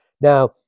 Now